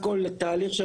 ההלכתיות,